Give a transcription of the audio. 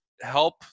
help